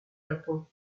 japon